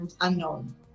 unknown